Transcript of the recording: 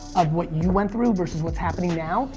of what you went through versus what's happening now.